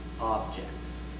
objects